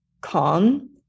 calm